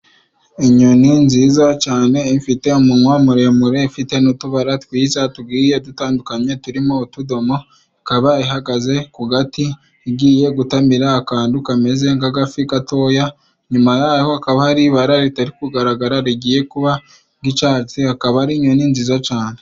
Inyoni nziza cane ifite amunwa muremure, ifite n'utubara twiza tugiye dutandukanye turimo utudomo, ikaba ihagaze ku gati igiye gutamira akantu kameze nk'agafi gatoya, inyuma yaho hakaba hari ibara ritari kugaragara rigiye kuba nk'icatsi, akaba ari inyoni nziza cane.